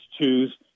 choose